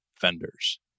vendors